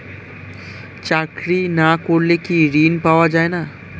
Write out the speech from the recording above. চাকরি না করলে কি ঋণ পাওয়া যায় না?